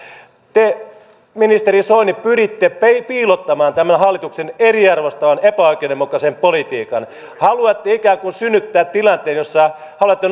te ministeri soini pyritte piilottamaan tämän hallituksen eriarvoistavan epäoikeudenmukaisen politiikan haluatte ikään kuin synnyttää tilanteen jossa haluatte